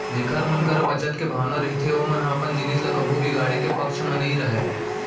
जेखर मन करा बचत के भावना रहिथे ओमन ह अपन जिनिस ल कभू बिगाड़े के पक्छ म नइ रहय